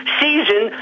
season